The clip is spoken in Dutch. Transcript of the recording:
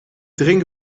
drink